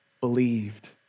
believed